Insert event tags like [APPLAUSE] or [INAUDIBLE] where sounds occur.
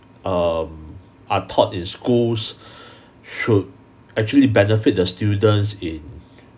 um are taught in schools [BREATH] should actually benefit the students in